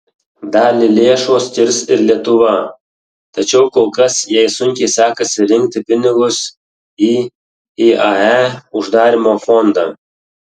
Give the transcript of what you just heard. dalį lėšų skirs ir lietuva tačiau kol kas jai sunkiai sekasi rinkti pinigus į iae uždarymo fondą